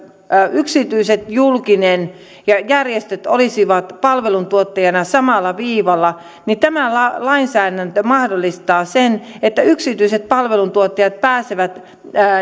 yksityiset julkinen ja järjestöt olisivat palveluntuottajina samalla viivalla niin tämä lainsäädäntö mahdollistaa sen että yksityiset palveluntuottajat pääsevät